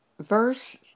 Verse